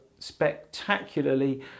spectacularly